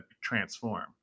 transform